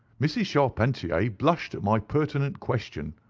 mrs. charpentier blushed at my pertinent question.